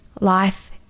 life